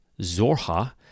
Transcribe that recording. Zorha